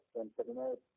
internet